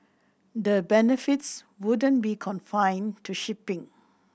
the benefits wouldn't be confined to shipping